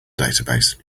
database